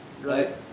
Right